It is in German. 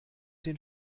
den